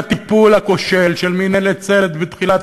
הטיפול הכושל של מינהלת סל"ע בתחילת